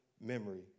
memory